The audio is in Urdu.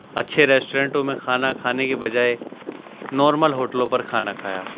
اچھے ریسٹورینٹوں میں کھانا کھانے کے بجائے نارمل ہوٹلوں پر کھانا کھایا